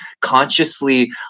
consciously